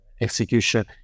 execution